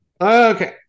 okay